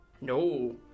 No